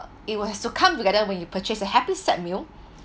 it will have to come together when you purchase a happy set meal